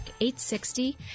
860